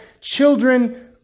children